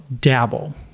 dabble